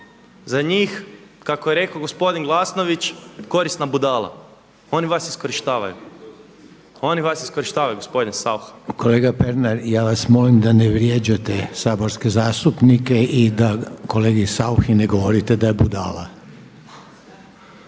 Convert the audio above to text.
za njih kako je rekao gospodin Glasnović korisna budala, oni vas iskorištavaju. Oni vas iskorištavaju gospodine Saucha. **Reiner, Željko (HDZ)** …/Upadica Reiner: Kolega Pernar, ja vas molim da ne vrijeđate saborske zastupnike i da kolegi Sauchi ne govorite da je budala./…